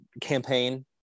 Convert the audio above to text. campaign